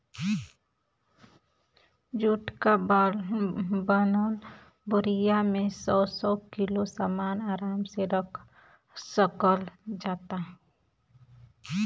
जुट क बनल बोरिया में सौ सौ किलो सामन आराम से रख सकल जाला